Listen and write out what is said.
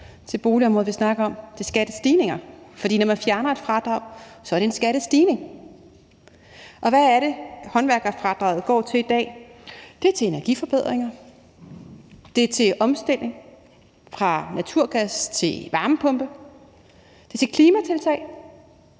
på boligområdet – det er skattestigninger. For når man fjerner et fradrag, er det en skattestigning. Hvad er det, håndværkerfradraget går til i dag? Det er til energiforbedringer; det er til omstilling fra naturgas til varmepumpe; det er til klimatiltag.